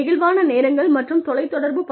நெகிழ்வான நேரங்கள் மற்றும் தொலைத்தொடர்பு